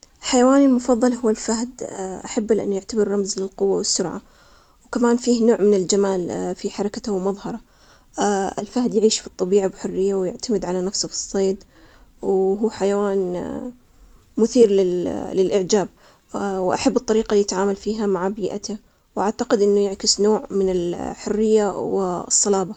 حيواني المفضل هو الفهد، أحبه لأن يعتبر رمز للقوة والسرعة، وكمان فيه نوع من الجمال، في حركته ومظهره، الفهد يعيش في الطبيعة بحرية ويعتمد على نفسه في الصيد، وهو حيوان مثير للإعجاب، وأحب الطريقة إللي يتعامل فيها مع بيئته، وأعتقد إنه يعكس نوع من ال - الحرية و الصلابة.